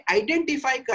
identify